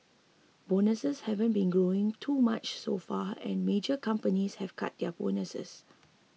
bonuses haven't been growing too much so far and major companies have cut their bonuses